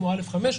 כמו א5,